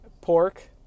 pork